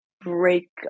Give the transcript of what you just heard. break